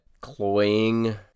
Cloying